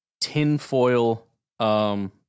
tinfoil